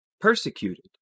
persecuted